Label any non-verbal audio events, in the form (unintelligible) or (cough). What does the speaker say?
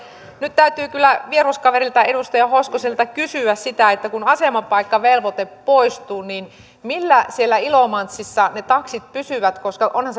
nyt täytyy kyllä vieruskaverilta edustaja hoskoselta kysyä sitä että kun asemapaikkavelvoite poistuu niin millä siellä ilomantsissa ne taksit pysyvät koska onhan (unintelligible)